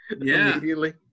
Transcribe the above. immediately